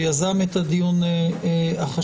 שיזם את הדיון החשוב,